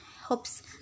hopes